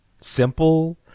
simple